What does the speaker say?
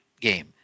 game